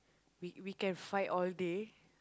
we we can fight all day